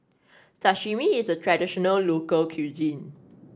sashimi is a traditional local cuisine